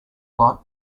lot